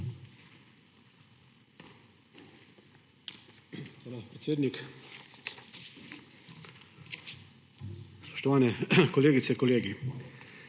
Hvala, predsednik. Spoštovani kolegice, kolegi!